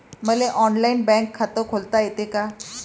मले online bank खात खोलता येते का?